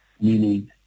meaning